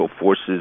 forces